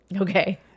okay